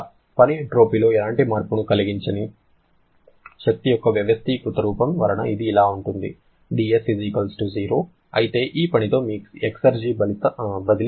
పని ఎంట్రోపీలో ఎలాంటి మార్పును కలిగించని శక్తి యొక్క వ్యవస్థీకృత రూపం వలన ఇది ఇలా ఉంటుంది dS0 అయితే ఈ పనితో మీ ఎక్సెర్జి బదిలీ ఎంత